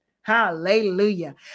Hallelujah